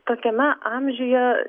tokiame amžiuje